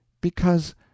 Because